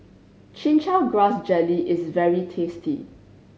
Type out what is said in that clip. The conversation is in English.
Chin Chow Grass Jelly is very tasty